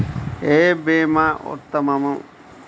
ఏ భీమా ఉత్తమము?